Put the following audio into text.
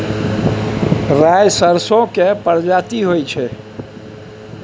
राई सरसो केर परजाती होई छै